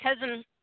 cousin